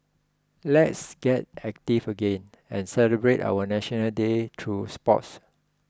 let's get active again and celebrate our National Day through sports